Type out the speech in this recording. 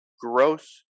gross